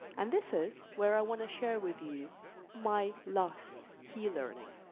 and this is where i want to share with you my last key learning,